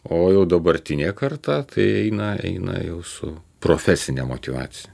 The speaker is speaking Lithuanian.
o jau dabartinė karta tai eina eina jau su profesine motyvacija